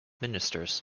ministers